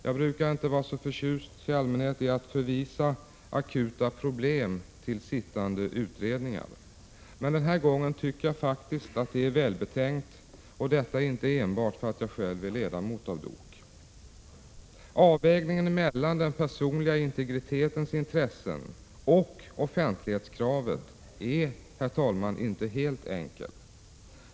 Jag brukar inte vara så förtjust i att förvisa akuta problem till sittande utredningar. Men den här gången tycker jag faktiskt att det är välbetänkt, och detta inte enbart för att jag själv är ledamot av DOK. Avvägningen mellan den personliga integritetens intressen och offentlighetskravet är inte helt enkel.